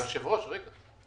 היושב-ראש, רגע.